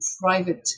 private